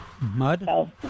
Mud